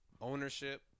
ownership